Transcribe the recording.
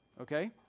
Okay